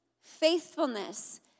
faithfulness